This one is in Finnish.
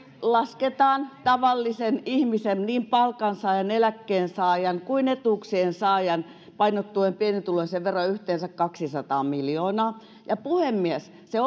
lasketaan tavallisen ihmisen niin palkansaajan eläkkeensaajan kuin etuuksiensaajan painottuen pienituloisiin veroja yhteensä kaksisataa miljoonaa ja puhemies se